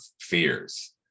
fears